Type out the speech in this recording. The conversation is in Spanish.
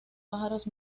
pájaros